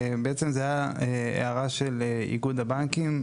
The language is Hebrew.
בעצם זה היה הערה של איגוד הבנקים,